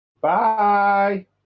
Bye